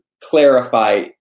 clarify